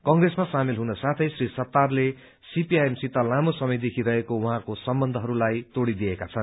कंत्रेसमा सामेल हुन साथै श्री सत्तारले सीपीआईएम सित लामो समयदेखि रहेको उहाँको सम्वन्यहरूलाई तोड़िदिएक्व छन्